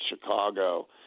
Chicago